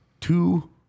two